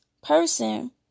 Person